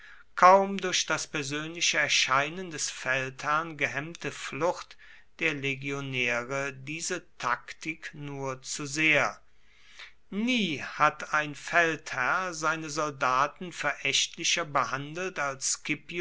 kaum durch das persönliche erscheinen des feldherrn gehemmte flucht der legionäre diese taktik nur zu sehr nie hat ein feldherr seine soldaten verächtlicher behandelt als